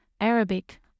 Arabic